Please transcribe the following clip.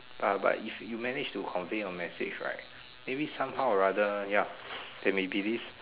uh but if you manage to convey your message right maybe somehow or rather ya they may believe